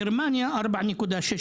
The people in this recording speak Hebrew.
בגרמניה 4.61,